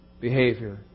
behavior